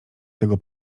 tego